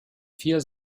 vier